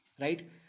Right